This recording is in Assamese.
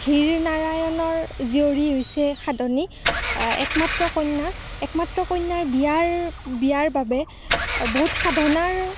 ধীৰ নাৰায়নৰ জীয়ৰী হৈছে সাধনী একমাত্ৰ কন্যা একমাত্ৰ কন্যাৰ বিয়াৰ বিয়াৰ বাবে বহুত সাধনাৰ